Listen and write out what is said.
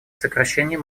сокращение